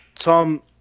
Tom